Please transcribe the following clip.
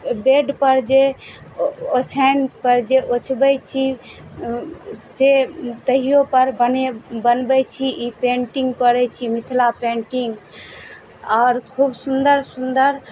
बेडपर जे ओछपर जे ओछबइ छी से तहियोपर बनय बनबइ छी ई पेन्टिंग करय छी मिथिला पेन्टिंग आओर खूब सुन्दर सुन्दर